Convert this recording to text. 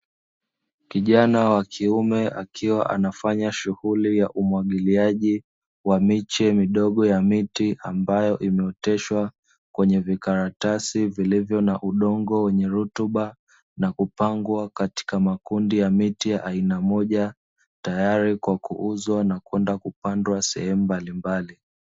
Kijana wa kiume akiwa anafanya shughuli ya umwagiliaji wa miche midogo ya miti, ambayo imeoteshwa kwenye vikaratasi vilivyo na udongo wenye rutuba, na kupangwa katika makundi ya miti aina moja tayari kwa kuuzwa na kwenda kupandwa sehemu mbali mbali.